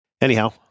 anyhow